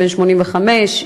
בן 85,